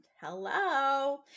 Hello